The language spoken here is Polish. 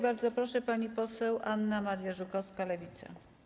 Bardzo proszę, pani poseł Anna Maria Żukowska, Lewica.